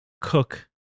cook